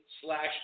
slash